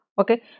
Okay